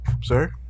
Sir